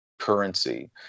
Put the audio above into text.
currency